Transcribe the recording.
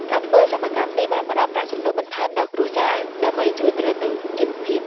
ការធ្វើសិប្បកម្មនេះបានផ្តល់ប្រាក់ចំណូលបន្ថែមដល់គ្រួសារដើម្បីជួយទ្រទ្រង់ជីវភាព។